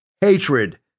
hatred